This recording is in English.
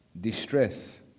distress